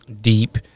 deep